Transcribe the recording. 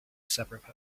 separate